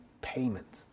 payment